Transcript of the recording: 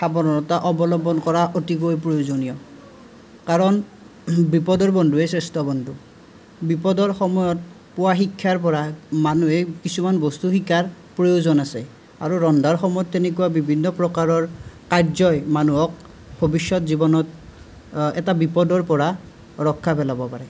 সাৱধানতা অৱলম্বন কৰা অতিকৈ প্ৰয়োজনীয় কাৰণ বিপদৰ বন্ধুহে শ্ৰেষ্ঠ বন্ধু বিপদৰ সময়ত পোৱা শিক্ষাৰ পৰা মানুহে কিছুমান বস্তু শিকাৰ প্ৰয়োজন আছে আৰু ৰন্ধাৰ সময়ত তেনেকুৱা বিভিন্ন প্ৰকাৰৰ কাৰ্যই মানুহক ভৱিষ্যত জীৱনত এটা বিপদৰ পৰা ৰক্ষা পেলাব পাৰে